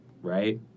right